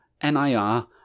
N-I-R